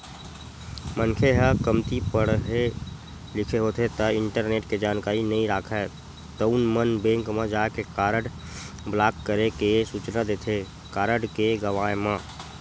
मनखे ह कमती पड़हे लिखे होथे ता इंटरनेट के जानकारी नइ राखय तउन मन बेंक म जाके कारड ब्लॉक करे के सूचना देथे कारड के गवाय म